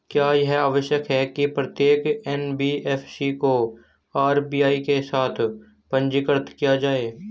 क्या यह आवश्यक है कि प्रत्येक एन.बी.एफ.सी को आर.बी.आई के साथ पंजीकृत किया जाए?